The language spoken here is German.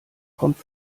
kommt